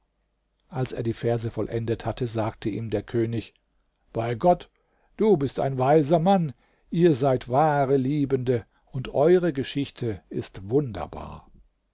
als er die verse vollendet hatte sagte ihm der könig bei gott du bist ein weiser mann ihr seid wahre liebende und eure geschichte ist wunderbar